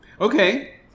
okay